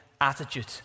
attitude